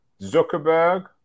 Zuckerberg